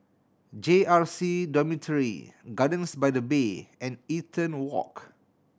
J R C Dormitory Gardens by the Bay and Eaton Walk